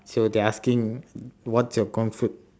so they asking what's your comfort